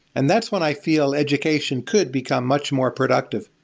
and that's when i feel education could become much more productive.